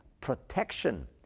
protection